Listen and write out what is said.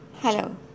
Hello